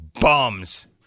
bums